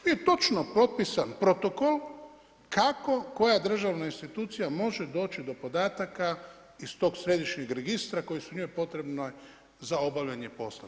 Bio je točno potpisan protokol kako koja državna institucija može doći do podataka iz tog središnjeg registra koji su njoj potrebni za obavljanje poslova.